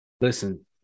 listen